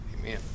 Amen